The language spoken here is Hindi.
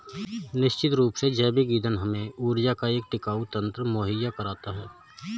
निश्चित रूप से जैव ईंधन हमें ऊर्जा का एक टिकाऊ तंत्र मुहैया कराता है